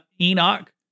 Enoch